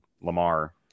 Lamar